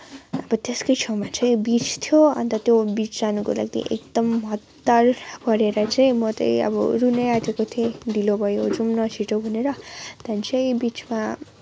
अब त्यसकै छेउमा चाहिँ बिच थियो अन्त त्यो बिच जानको लागि चाहिँ हतार गरेर चाहिँ म चाहिँ अब रूनै आँटेको थिएँ ढिलो भयो जाउँ न छिटो भनेर त्यहाँदेखि चाहिँ बिचमा